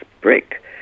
brick